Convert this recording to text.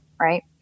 right